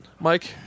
Mike